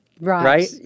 Right